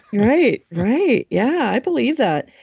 right. right. yeah. i believe that.